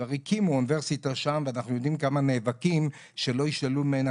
כבר הקימו אוניברסיטה שם ואנחנו יודעים כמה נאבקים שלא ישללו ממנה